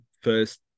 first